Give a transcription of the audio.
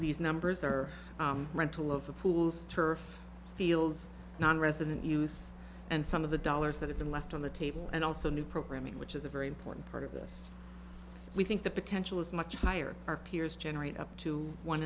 sleeze numbers are rental of the pools turf fields nonresident use and some of the dollars that have been left on the table and also new programming which is a very important part of this we think the potential is much higher our peers generate up to one